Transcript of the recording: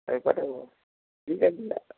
আমি পাঠাব ঠিক আছে যা